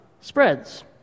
spreads